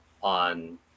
on